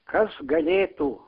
kas galėtų